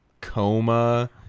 Coma